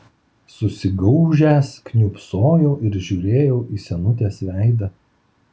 susigaužęs kniūbsojau ir žiūrėjau į senutės veidą